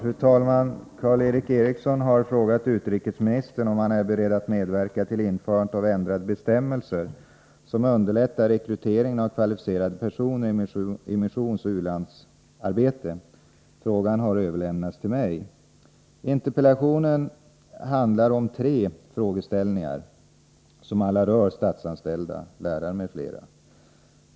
Fru talman! Karl Erik Eriksson har frågat utrikesministern om han är beredd att medverka till införandet av ändrade bestämmelser som underlättar rekryteringen av kvalificerade personer i missionsoch u-landsarbete. Frågan har överlämnats till mig. Interpellationen behandlar tre frågeställningar, som alla rör statsanställda, lärare m.fl.